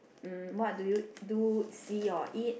um what do you do see or eat